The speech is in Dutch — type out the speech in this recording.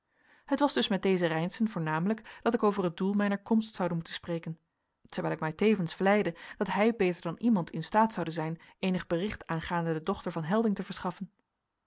het was dus met dezen reynszen voornamelijk dat ik over het doel mijner komst zoude moeten spreken terwijl ik mij tevens vleide dat hij beter dan iemand in staat zoude zijn eenig bericht aangaande de dochter van helding te verschaffen